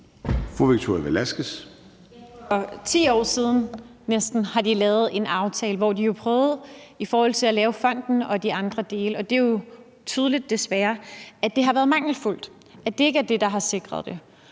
10 år siden lavede de en aftale, hvor de jo prøvede at lave fonden og de andre dele. Det er jo desværre tydeligt, at det har været mangelfuldt, og at det ikke er det,